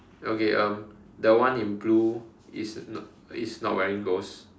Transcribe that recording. okay um the one in blue is not is not wearing ghost